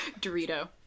Dorito